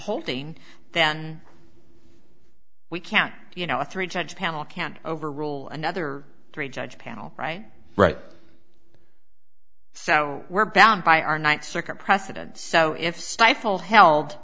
whole thing then we can you know a three judge panel can overrule another three judge panel right right so we're bound by our ninth circuit precedent so if stifled held